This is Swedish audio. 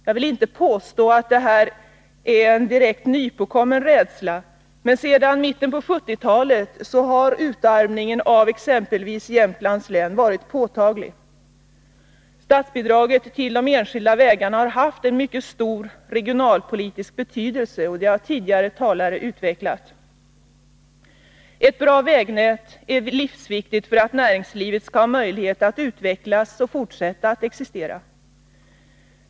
Jag vill inte påstå att det är en direkt nypåkommen rädsla, men sedan mitten av 1970-talet har utarmningen av exempelvis Jämtlands län varit påtaglig. Statsbidraget till de enskilda vägarna har haft en mycket stor regionalpolitisk betydelse, vilket tidigare talare utvecklat. Ett bra vägnät är livsviktigt för att näringslivet skall ha möjlighet att utvecklas och fortsätta att existera.